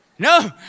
No